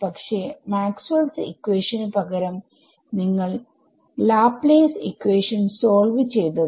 പക്ഷെ Maxwell's equation maxwells equation പകരം നിങ്ങൾ ലാപ്ലേസ് ഇക്വേഷനാണ് സോൾവ് ചെയ്തത്